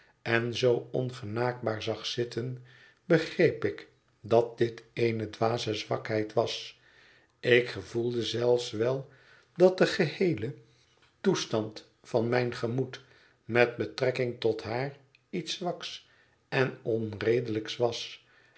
en zoo ongenaakbaar zag zitten begreep ik dat dit eene dwaze zwakheid was ik gevoelde zelfs wel dat de geheele toestand van mijn gemoed met betrekking tot haar iets zwaks en onredelijks was